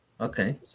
Okay